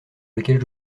lequel